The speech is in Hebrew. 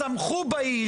צמחו בעיר,